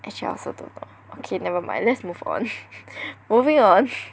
actually I also don't know okay never mind let's move on moving on